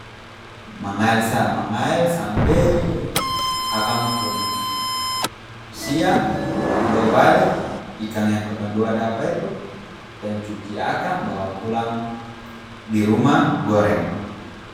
Mangael sa, mangael sampe akang pung siang, katong dua bale, ikang yang kotong dua dapa itu tong cuci akang, bawa pulang di rumah, goreng.